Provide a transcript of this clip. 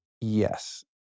Yes